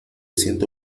ciento